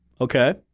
Okay